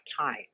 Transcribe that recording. time